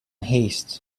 haste